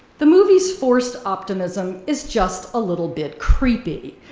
the movie's forced optimism is just a little bit creepy.